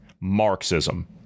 Marxism